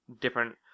different